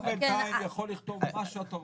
אתה בינתיים יכול לכתוב מה שאתה רוצה.